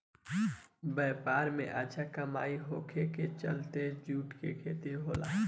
व्यापार में अच्छा कमाई होखे के चलते जूट के खेती होला